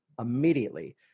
immediately